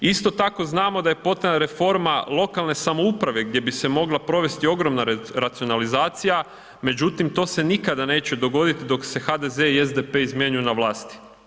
Isto tako znamo da je … [[Govornik se ne razumije]] reforma lokalne samouprave gdje bi se mogla provesti ogromna racionalizacija, međutim to se nikada neće dogodit dok se HDZ i SDP izmjenjuju na vlasti.